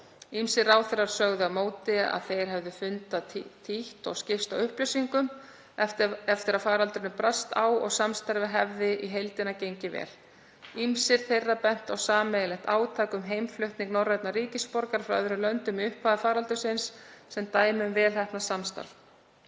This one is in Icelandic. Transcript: Ýmsir ráðherranna sögðu á móti á að þeir hefðu fundað títt og skipst á upplýsingum eftir að faraldurinn brast á og að samstarfið hefði í heildina gengið vel. Ýmsir þeirra bentu á sameiginlegt átak um heimflutning norrænna ríkisborgara frá öðrum löndum í upphafi faraldursins sem dæmi um vel heppnað samstarf.“